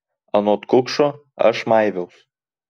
anot kukšo aš maiviaus